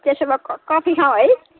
त्यसो भए क कफी खाऊँ है